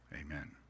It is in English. amen